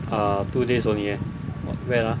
ah two days only eh when ah